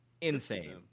insane